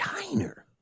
diner